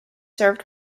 served